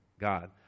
God